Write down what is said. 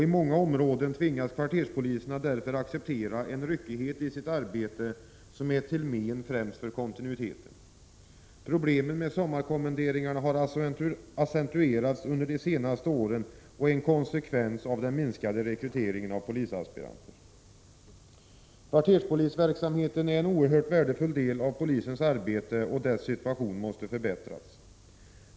I många områden tvingas kvarterspoliserna därför att acceptera en ryckighet i sitt arbete som är till men främst för kontinuiteten. Problemen med sommarkommenderingarna har accentuerats under de senaste åren och de är en konsekvens av den minskade rekryteringen av polisaspiranter. Kvarterspolisverksamheten utgör en oerhört värdefull del av polisens arbete. Här måste det bli förbättringar.